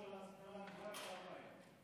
זה כבר לא ביחד עם המים.